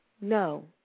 No